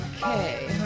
Okay